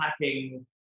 attacking